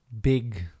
big